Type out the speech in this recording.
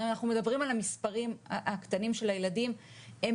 אנחנו מדברים על המספרים הקטנים של הילדים - הם